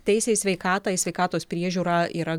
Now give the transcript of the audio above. teisė į sveikatą į sveikatos priežiūrą yra